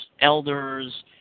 elders